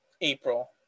April